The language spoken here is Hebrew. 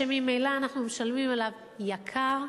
שממילא אנחנו משלמים עליו, יקר,